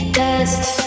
dust